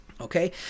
Okay